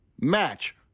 Match